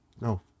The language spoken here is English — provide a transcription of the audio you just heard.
No